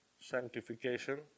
sanctification